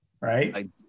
Right